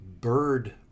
bird